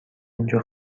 اینجا